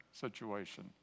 situation